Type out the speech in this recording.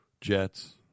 Jets